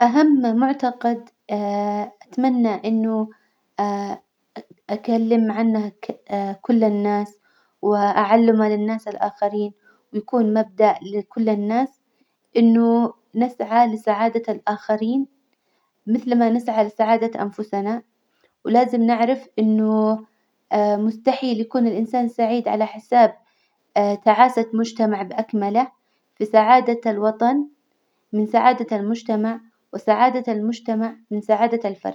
أهم معتقد أتمنى إنه أكلم عنه كل الناس وأعلمه للناس الآخرين، ويكون مبدأ لكل الناس إنه نسعى لسعادة الآخرين مثل ما نسعى لسعادة أنفسنا، ولازم نعرف إنه مستحيل يكون الإنسان سعيد على حساب تعاسة مجتمع بأكمله، فسعادة الوطن من سعادة المجتمع، وسعادة المجتمع من سعادة الفرد.